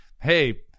hey